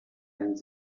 and